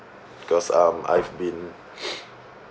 cause um I've been